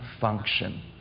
function